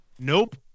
Nope